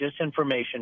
disinformation